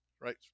right